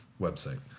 website